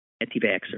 anti-vaxxer